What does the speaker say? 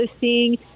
seeing